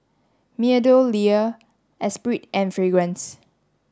MeadowLea Espirit and Fragrance